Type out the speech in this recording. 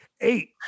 eight